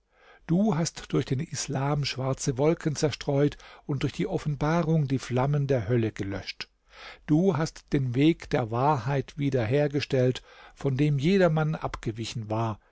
du hast durch den islam schwarze wolken zerstreut und durch die offenbarung die flammen der hölle gelöscht du hast den weg der wahrheit wieder hergestellt von dem jedermann abgewichen war